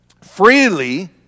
freely